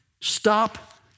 Stop